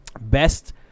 best